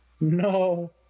No